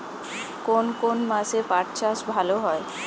কোন কোন মাসে পাট চাষ ভালো হয়?